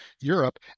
Europe